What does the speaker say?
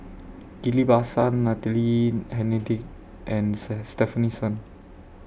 Ghillie BaSan Natalie Hennedige and Stefanie Sun